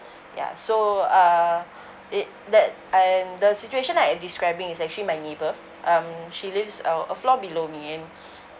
ya so uh it that and the situation I am describing is actually my neighbour um she lives uh a floor below me and